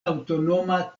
aŭtonoma